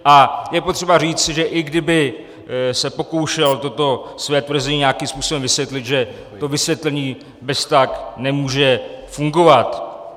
A je potřeba říci, že i kdyby se pokoušel toto své tvrzení nějakým způsobem vysvětlit, že to vysvětlení beztak nemůže fungovat.